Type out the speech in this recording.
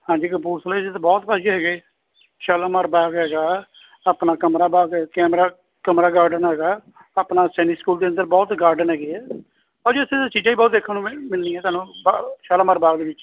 ਹਾਂਜੀ ਕਪੂਰਥਲੇ 'ਚ ਤਾਂ ਬਹੁਤ ਭਾਅ ਜੀ ਹੈਗੇ ਸ਼ਾਲੀਮਾਰ ਬਾਗ ਹੈਗਾ ਆਪਣਾ ਕਮਰਾ ਬਾਗ ਕੈਮਰਾ ਕਮਰਾ ਗਾਰਡਨ ਹੈਗਾ ਆਪਣਾ ਸੈਨਿਕ ਸਕੂਲ ਦੇ ਅੰਦਰ ਬਹੁਤ ਹੀ ਗਾਰਡਨ ਹੈਗੇ ਹੈ ਭਾਅ ਜੀ ਉੱਥੇ ਤਾਂ ਚੀਜਾਂ ਹੀ ਬਹੁਤ ਦੇਖਣ ਨੂੰ ਮਿਲਣੀਆਂ ਤੁਹਾਨੂੰ ਸ਼ਾਲੀਮਾਰ ਬਾਗ ਦੇ ਵਿੱਚ